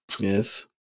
Yes